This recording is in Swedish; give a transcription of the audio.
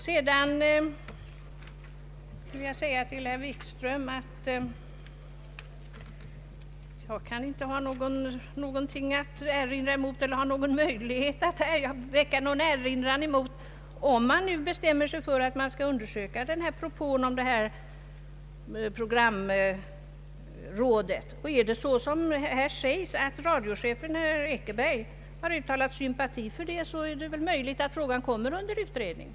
Till herr Wikström vill jag säga att jag inte har någon möjlighet att väcka erinran, om det nu bestäms att propån om ett programråd skall undersökas. Har radiostyrelsens ordförande Eckerberg såsom här sägs uttalat sympatier för den tanken, är det möjligt att frågan kommer att utredas.